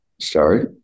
sorry